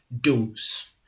dose